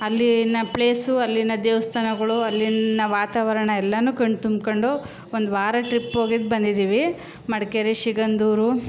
ಅಲ್ಲಿನ ಪ್ಲೇಸು ಅಲ್ಲಿನ ದೇವಸ್ಥಾನಗಳು ಅಲ್ಲಿನ ವಾತಾವರಣ ಎಲ್ಲನೂ ಕಣ್ತುಂಬಿಕೊಂಡು ಒಂದು ವಾರ ಟ್ರಿಪ್ಗೆ ಹೋಗಿದ್ದು ಬಂದಿದ್ದೀವಿ ಮಡಿಕೇರಿ ಸಿಗಂಧೂರು